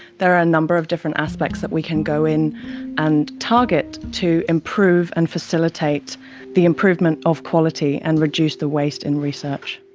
there are a number of different aspects that we can go in and target to improve and facilitate the improvement of quality and reduce the waste in research.